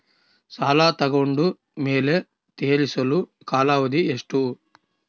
ಸಾಲ ತಗೊಂಡು ಮೇಲೆ ತೇರಿಸಲು ಕಾಲಾವಧಿ ಎಷ್ಟು?